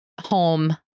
home